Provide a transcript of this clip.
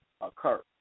occur